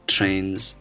Trains